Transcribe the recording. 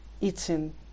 eating